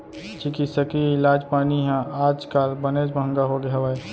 चिकित्सकीय इलाज पानी ह आज काल बनेच महँगा होगे हवय